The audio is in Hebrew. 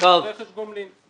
רכש גומלין.